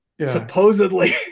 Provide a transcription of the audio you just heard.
supposedly